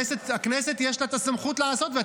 הכנסת מאוד דינמית -- ממש ראיתי את זה בהצעת החוק שלי.